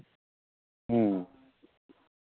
ᱦᱮᱸ